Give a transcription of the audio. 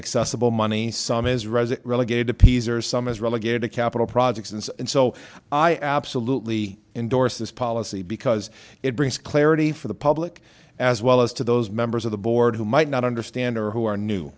accessible money some is resit relegate appeaser some is relegated to capital projects and so i absolutely endorse this policy because it brings clarity for the public as well as to those members of the board who might not understand or who are new